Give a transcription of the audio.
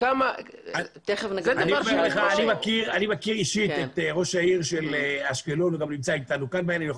אני מכיר אישית את ראש העיר אשקלון ואני יכול